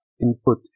input